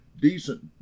decent